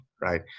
right